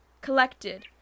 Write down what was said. collected